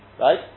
right